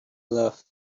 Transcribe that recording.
love